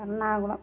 Ernakulam